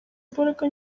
imbaraga